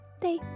day